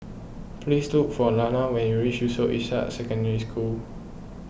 please look for Lana when you reach Yusof Ishak Secondary School